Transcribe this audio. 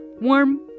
warm